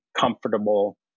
comfortable